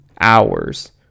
hours